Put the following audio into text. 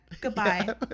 goodbye